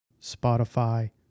Spotify